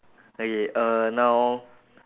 okay uh now